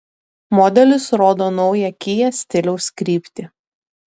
modelis rodo naują kia stiliaus kryptį